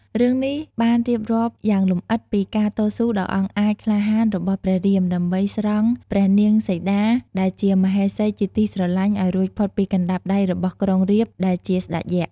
រឿងនេះបានរៀបរាប់យ៉ាងលម្អិតពី ការតស៊ូដ៏អង់អាចក្លាហានរបស់ព្រះរាម ដើម្បីស្រង់ ព្រះនាងសីតា ដែលជាមហេសីជាទីស្រឡាញ់ ឲ្យរួចផុតពីកណ្ដាប់ដៃរបស់ ក្រុងរាពណ៍ ដែលជាស្ដេចយក្ស។